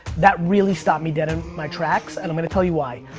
that really stopped me dead in my tracks and i'm gonna tell you why.